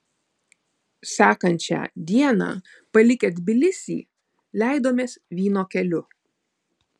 sekančią dieną palikę tbilisį leidomės vyno keliu